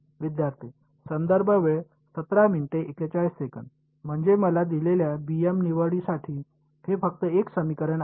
विद्यार्थी म्हणजे मला दिलेल्या निवडीसाठी हे फक्त एक समीकरण आहे